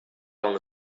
long